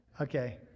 Okay